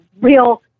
real